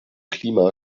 klima